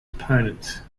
opponent